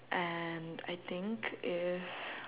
and I think if